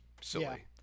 silly